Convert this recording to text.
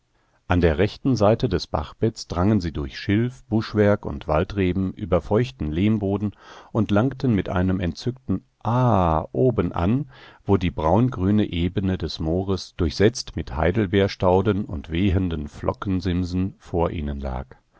an der rechten seite des bachbetts drangen sie durch schilf buschwerk und waldreben über feuchten lehmboden und langten mit einem entzückten ah oben an wo die braungrüne ebene des moores durchsetzt mit heidelbeerstauden und wehenden flockensimsen vor ihnen lag